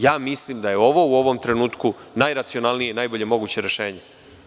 Ja mislim da je ovo u ovom trenutku najracionalije i najbolje moguće rešenje.